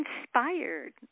inspired